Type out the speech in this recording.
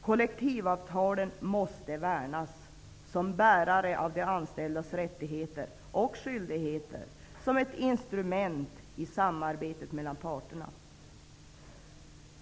Kollektivavtalen måste värnas såsom bärare av de anställdas rättigheter och skyldigheter och såsom ett instrument i samarbetet mellan parterna.